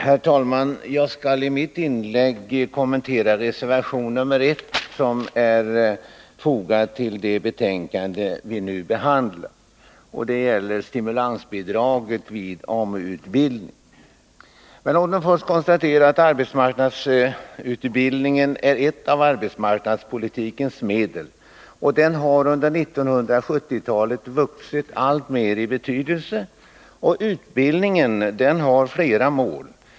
Herr talman! Jag skall i mitt inlägg kommentera reservation nr 1 som är fogad till det betänkande vi nu behandlar. Det gäller stimulansbidraget vid AMU-utbildning. Låt mig först konstatera att arbetsmarknadsutbildningen är ett av arbetsmarknadspolitikens medel. Den har under 1970-talet vuxit alltmer i betydelse. Utbildningen har flera mål.